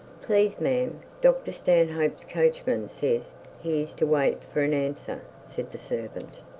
please, ma'am, dr stanhope's coachman says he is to wait for an answer said the servant.